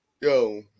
Yo